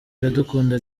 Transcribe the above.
iradukunda